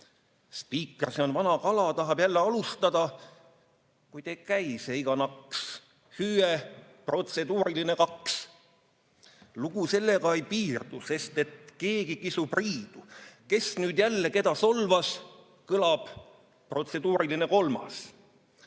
Spiiker, see on vana kala, / tahab jälle alustada, / kuid ei käi see iga naks. / Hüüe: protseduuriline kaks. / Lugu sellega ei piirdu, / sest et keegi kisub riidu. / Kes nüüd jälle keda solvas? / Kõlab protseduuriline kolmas.